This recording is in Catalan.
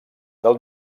del